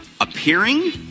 appearing